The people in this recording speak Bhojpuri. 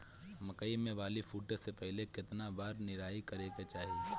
मकई मे बाली फूटे से पहिले केतना बार निराई करे के चाही?